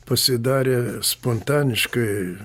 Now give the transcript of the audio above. pasidarė spontaniškai